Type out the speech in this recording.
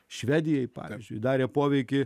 švedijai pavyzdžiui darė poveikį